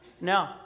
No